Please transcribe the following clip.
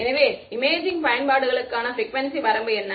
எனவே இமேஜிங் பயன்பாடுகளுக்கான ப்ரிக்குவேன்சி வரம்பு என்ன